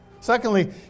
Secondly